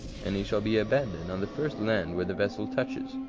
and he shall be abandoned on the first land where the vessel touches.